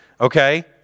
okay